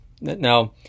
Now